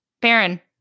baron